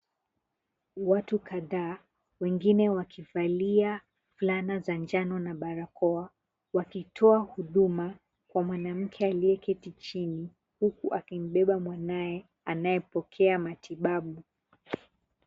Watu kadhaa wengine wakivalia fulana za njano na barakoa. Wakitoa huduma kwa mwanamke aliyeketi chini, huku akimbeba mwanae anayepokea matibabu.